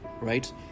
right